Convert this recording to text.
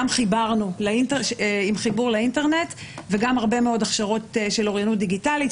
גם עם חיבור לאינטרנט וגם הרבה מאוד הכשרות של אוריינות דיגיטלית.